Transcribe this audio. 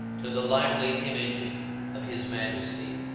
to the lively image of his majesty,